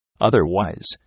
Otherwise